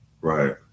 right